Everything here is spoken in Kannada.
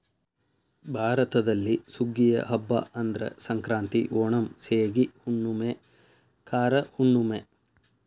ಭಾರತದಲ್ಲಿ ಸುಗ್ಗಿಯ ಹಬ್ಬಾ ಅಂದ್ರ ಸಂಕ್ರಾಂತಿ, ಓಣಂ, ಸೇಗಿ ಹುಣ್ಣುಮೆ, ಕಾರ ಹುಣ್ಣುಮೆ